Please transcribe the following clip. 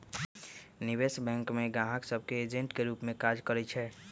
निवेश बैंक गाहक सभ के एजेंट के रूप में काज करइ छै